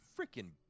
freaking